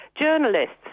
journalists